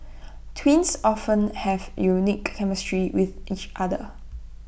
twins often have unique chemistry with each other